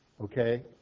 Okay